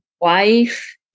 wife